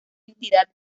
entidad